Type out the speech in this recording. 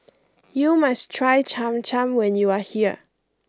you must try Cham Cham when you are here